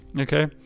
okay